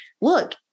look